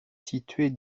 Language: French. située